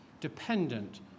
dependent